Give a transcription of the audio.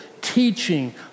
teaching